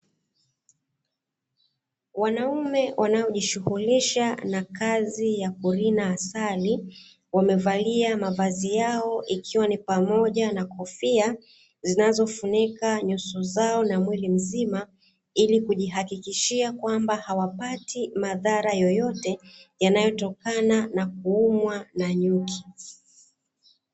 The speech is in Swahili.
Wanaume wanaojishughulisha na kazi ya kulina asali, wamevalia mavazi yao ikiwa ni pamoja na kofia zinazofunika nyuso zao na mwili mzima ili kujihakikishia kwamba hawapati madhara yoyote yanayotokana na kuumwa na nyuki.